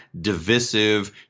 divisive